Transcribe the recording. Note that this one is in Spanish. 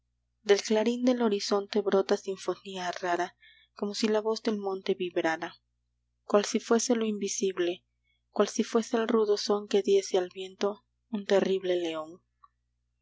del clarín del horizonte brota sinfonía rara como si la voz del monte vibrara cual si fuese lo invisible cual si fuese el rudo son que diese al viento un terrible león